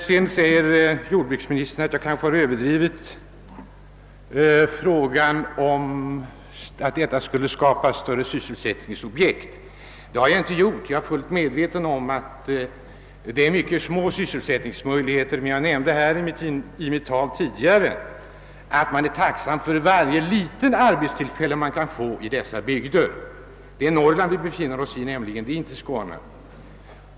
Sedan säger jordbruksministern att jag kanske har överdrivit möjligheterna att på detta sätt skapa nya sysselsättningsobjekt. Det har jag inte gjort — jag är fullt medveten om att det gäller mycket små sysselsättningsmöjligheter. Men jag nämnde i mitt tidigare anförande, att man är tacksam för varje litet arbetstillfälle man kan få i dessa bygder; det är nämligen Norrland vi talar om, inte Skåne.